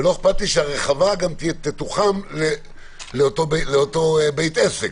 ולא אכפת לי שה"רחבה" גם תתוחם לאותו בית עסק.